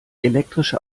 elektrische